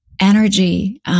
energy